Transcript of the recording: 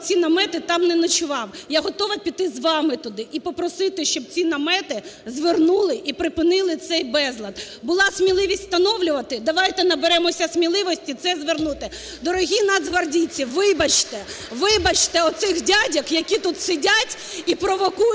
намети, там не ночував. Я готова піти з вами туди і попросити, щоб ці намети звернули і припинили цей безлад. Була сміливість встановлювати – давайте наберемося сміливості це звернути! (Оплески) Дорогі нацгвардійці, вибачте! Вибачте оцих дядьок, які тут сидять і провокують